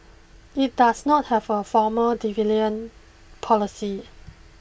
it does not have a formal policy